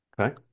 Okay